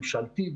ממשלתי.